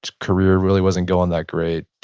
career really wasn't going that great.